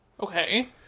Okay